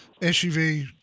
SUV